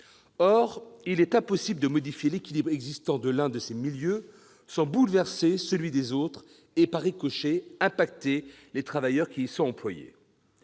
Or il est impossible de modifier l'équilibre de l'un de ces milieux sans bouleverser celui des autres et, par ricochet, affecter les travailleurs qui y sont employés.